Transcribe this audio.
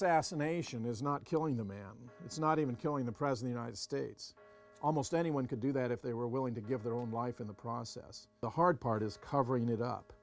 assassination is not killing the man it's not even killing the present united states almost anyone could do that if they were willing to give their own life in the process the hard part is covering it up